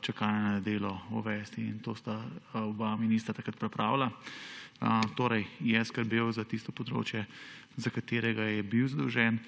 čakanja na delo, in to sta oba ministra takrat pripravila. Torej je skrbel za tisto področje, za katerega je bil zadolžen,